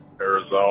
Arizona